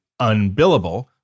UNBILLABLE